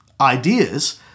ideas